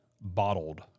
bottled